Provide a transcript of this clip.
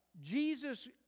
Jesus